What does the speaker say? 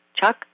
Chuck